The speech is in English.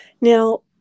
Now